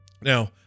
now